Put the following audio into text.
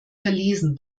verlesen